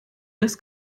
das